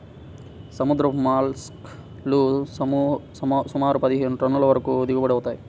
సముద్రపు మోల్లస్క్ లు సుమారు పదిహేను టన్నుల వరకు దిగుబడి అవుతాయి